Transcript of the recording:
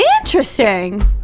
Interesting